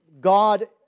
God